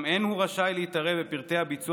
אולם אין הוא רשאי להתערב בפרטי הביצוע